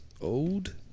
old